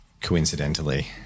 coincidentally